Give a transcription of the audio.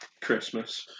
Christmas